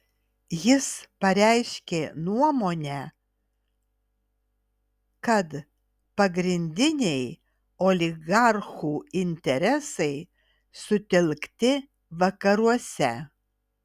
jis pareiškė nuomonę kad pagrindiniai oligarchų interesai sutelkti vakaruose